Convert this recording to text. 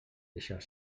deixar